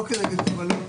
לא כנגד קבלות.